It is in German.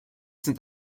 sind